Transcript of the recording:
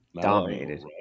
Dominated